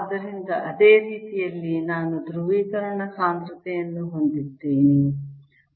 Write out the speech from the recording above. ಆದ್ದರಿಂದ ಅದೇ ರೀತಿಯಲ್ಲಿ ನಾನು ಧ್ರುವೀಕರಣ ಸಾಂದ್ರತೆಯನ್ನು ಹೊಂದಿದ್ದೇನೆ